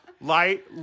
Light